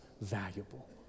valuable